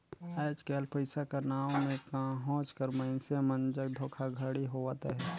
आएज काएल पइसा कर नांव में कहोंच कर मइनसे मन जग धोखाघड़ी होवत अहे